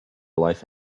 life